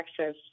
access